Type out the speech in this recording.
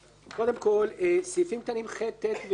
קודם כל, סעיפים קטנים (ח), (ט) ו-(י)